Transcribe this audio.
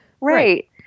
Right